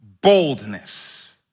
boldness